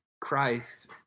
Christ